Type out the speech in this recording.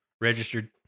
Registered